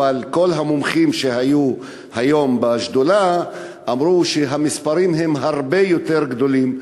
אבל כל המומחים שהיו היום בשדולה אמרו שהמספרים הם הרבה יותר גדולים,